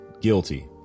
guilty